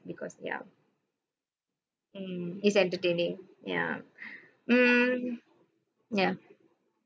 because ya mm it's entertaining ya mm ya